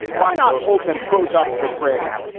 why not hold them both up for praise?